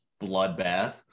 bloodbath